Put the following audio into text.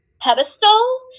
pedestal